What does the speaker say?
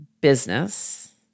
business